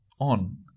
on